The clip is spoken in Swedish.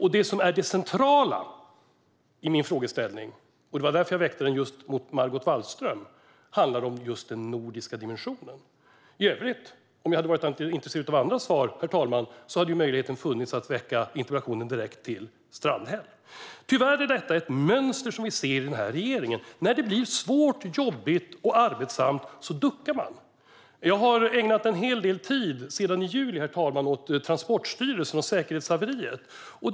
Det centrala i min frågeställning, och det var därför jag väckte den mot Margot Wallström, handlar om den nordiska dimensionen. I övrigt, om jag hade varit intresserad av andra svar, hade möjligheten funnits att väcka interpellationen direkt till Strandhäll. Tyvärr är detta ett mönster som vi ser i regeringen. När det blir svårt, jobbigt och arbetsamt duckar den. Jag har ägnat en hel del tid sedan i juli, herr talman, åt säkerhetshaveriet i Transportstyrelsen.